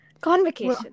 convocation